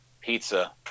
pizza